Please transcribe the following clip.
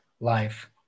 life